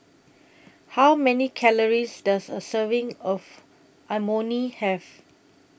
How Many Calories Does A Serving of Imoni Have